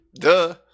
Duh